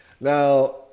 Now